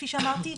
כפי שאמרתי,